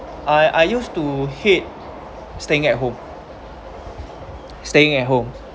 I I used to hate staying at home staying at home